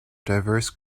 diverse